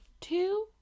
two